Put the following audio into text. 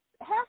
half